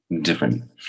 different